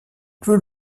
peut